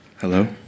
Hello